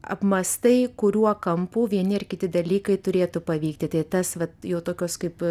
apmąstai kuriuo kampu vieni ar kiti dalykai turėtų pavykti tai tas vat jau tokios kaip